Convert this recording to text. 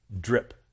drip